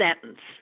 sentence